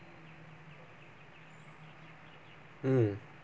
mm